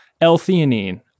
L-theanine